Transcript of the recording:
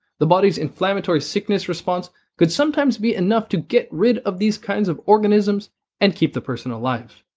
the body's inflammatory sickness response could sometimes be enough to get rid of these kinds of organisms and keep the person alive.